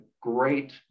great